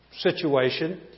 situation